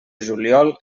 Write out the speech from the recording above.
juliol